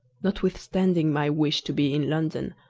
notwithstanding my wish to be in london,